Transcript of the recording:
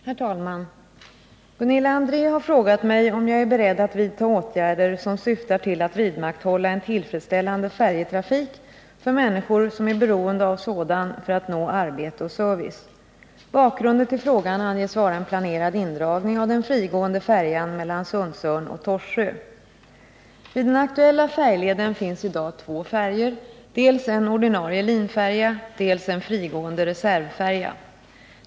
Herr talman! Gunilla André har frågat mig om jag är beredd att vidta åtgärder som syftar till att vidmakthålla en tillfredsställande färjetrafik för människor som är beroende av sådan för att nå arbete och service. Bakgrunden till frågan anges vara en planerad indragning av den frigående färjan mellan Sundsörn och Torsö. Vid den aktuella färjeleden finns i dag två färjor — dels en ordinarie linfärja, dels en frigående reservfärja.